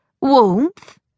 warmth